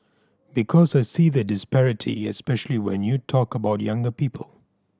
because I see the disparity especially when you talk about younger people